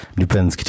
depends